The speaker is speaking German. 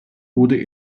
wurde